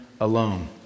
alone